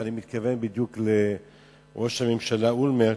ואני מתכוון בדיוק לראש הממשלה אולמרט,